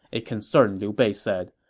a concerned liu bei said.